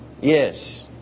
Yes